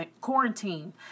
quarantine